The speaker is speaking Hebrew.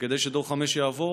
כדי שדור 5 יעבור